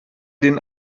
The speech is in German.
den